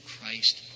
Christ